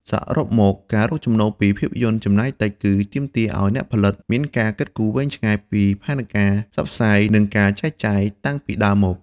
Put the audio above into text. សរុបមក ការរកចំណូលពីភាពយន្តចំណាយតិច គឺទាមទារឲ្យអ្នកផលិតមានការគិតវែងឆ្ងាយពីផែនការផ្សព្វផ្សាយ និងការចែកចាយតាំងពីដើមមក។